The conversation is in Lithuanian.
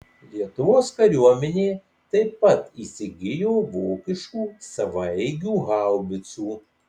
lietuvos kariuomenė taip pat įsigijo vokiškų savaeigių haubicų